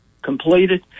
Completed